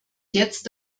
jetzt